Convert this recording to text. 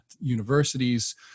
universities